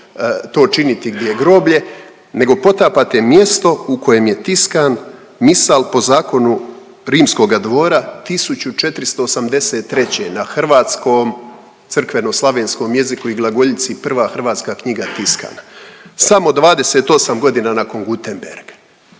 to činiti gdje je groblje, nego potapate mjesto u kojem je tiskan misal po Zakonu rimskoga dvora 1483. na hrvatskom crkveno-slavenskom jeziku i glagoljici prva hrvatska knjiga je tiskana samo 28 godina nakon Gutenberga.